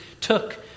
took